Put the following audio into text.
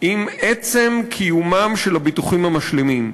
עם עצם קיומם של הביטוחים המשלימים,